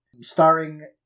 starring